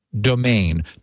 domain